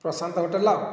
Prashant hotel